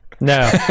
no